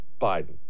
Biden